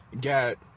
got